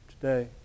today